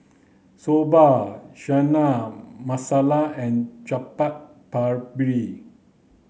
Soba Chana Masala and Chaat Papri